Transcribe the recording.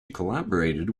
collaborated